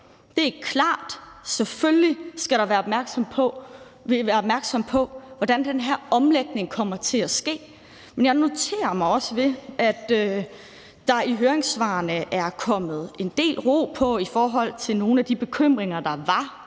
Det er klart, at vi selvfølgelig skal være opmærksomme på, hvordan den her omlægning kommer til at ske. Men jeg noterer mig også, at der i høringssvarene er kommet en del ro på i forhold til nogle af de bekymringer, der var